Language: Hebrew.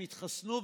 הם יתחסנו,